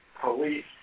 police